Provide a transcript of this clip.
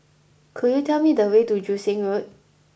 could you tell me the way to Joo Seng Road